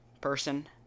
person